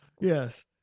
Yes